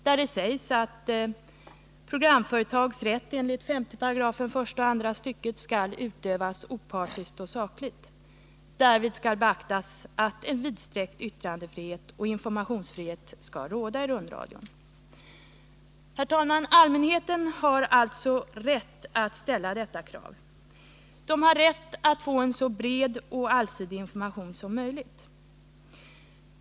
Där sägs det att programföretagens rätt, enligt 5 § första och andra stycket, skall utövas opartiskt och sakligt. Därvid skall beaktas att en vidsträckt yttrandefrihet och informationsfrihet skall råda i rundradion. : Herr talman! Allmänheten har alltså rätt att ställa detta krav. Allmänheten har rätt att få en så bred och allsidig information som möjligt.